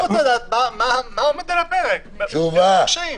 אני רוצה לדעת מה עומד על הפרק, איפה הקשיים.